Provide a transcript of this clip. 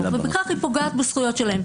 ובכך היא פוגעת בזכויות שלהם.